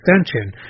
extension